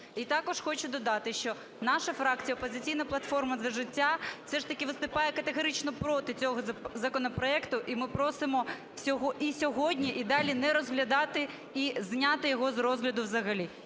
І також хочу додати, що наша фракція "Опозиційна платформа – За життя" все ж таки виступає категорично проти цього законопроекту і ми просимо і сьогодні, і далі не розглядати, і зняти його з розгляду взагалі.